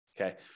Okay